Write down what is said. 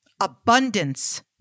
Abundance